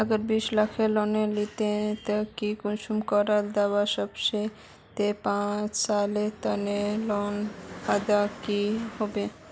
अगर बीस लाखेर लोन लिलो ते ती कुंसम करे अदा करबो ते पाँच सालोत तोर लोन डा अदा है जाबे?